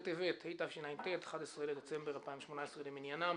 בטבת התשע"ט, 11 בדצמבר 2018 למניינם.